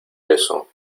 beso